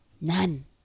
none